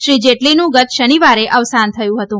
શ્રી જેટલીનું ગત શનિવારે અવસાન થયું હતું